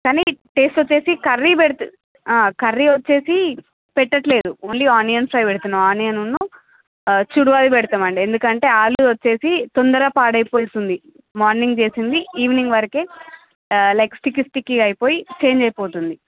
కానీ టెస్ట్ వచ్చేసి కర్రీ పెడితే కర్రీ వచ్చేసి పెట్టట్లేదు ఓన్లీ ఆనియన్స్ అవే పెడుతున్నాం ఆనియను ను చుడువాయ్ పెడతామండి ఎందుకంటే ఆలూ వచ్చేసి తొందరగా పాడైపోతుంది మార్నింగ్ చేసింది ఈవినింగ్ వరకే లైక్ స్టికి స్టికిగా అయిపోయి చేంజ్ అయిపోతుంది